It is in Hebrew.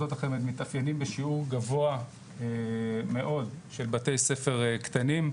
מוסדות החמ"ד מתאפיינים בשיעור גבוה מאוד של בתי ספר קטנים,